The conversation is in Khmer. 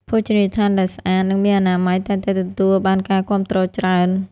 ភោជនីយដ្ឋានដែលស្អាត និងមានអនាម័យតែងតែទទួលបានការគាំទ្រច្រើន។